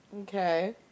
Okay